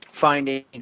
finding